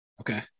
Okay